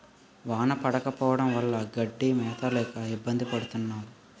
వాన పడకపోవడం వల్ల గడ్డి మేత లేక ఇబ్బంది పడతన్నావు